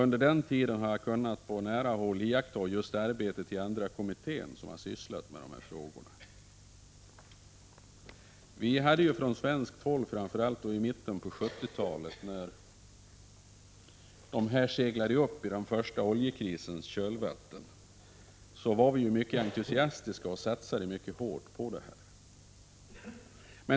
Under den tiden har jag på nära håll kunnat iaktta arbetet i Andra kommittén, som har sysslat med dessa frågor. I mitten på 1970-talet, då dessa organ seglade upp i oljekrisens kölvatten, var vi ju från svenskt håll mycket entusiastiska och satsade mycket hårt.